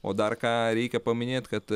o dar ką reikia paminėt kad